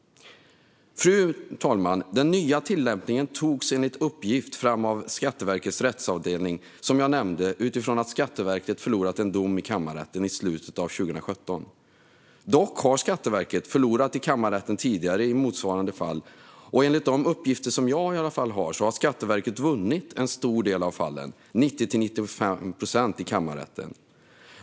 Fru talman! Den nya tillämpningen togs enligt uppgift fram av Skatteverkets rättsavdelning efter att, som jag nämnde, Skatteverket förlorat en dom i kammarrätten i slutet av 2017. Dock har Skatteverket förlorat i kammarrätten tidigare i liknande fall, och enligt mina uppgifter har Skatteverket vunnit en stor del av målen, 90-95 procent, i kammarrätten.